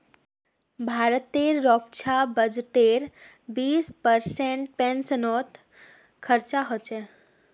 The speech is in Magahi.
भारतेर रक्षा बजटेर बीस परसेंट पेंशनत खरचा ह छेक